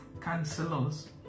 counselors